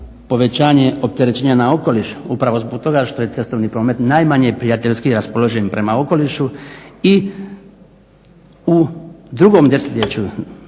povećanje opterećenja na okoliš, upravo zbog toga što je cestovni promet najmanje prijateljski raspoložen prema okolišu. I u drugom desetljeću